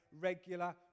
regular